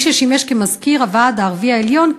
מי ששימש מזכיר הוועד הערבי העליון,